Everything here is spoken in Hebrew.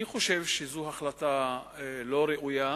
אני חושב שזו החלטה לא ראויה,